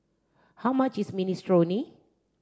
how much is minestrone